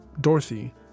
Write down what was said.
Dorothy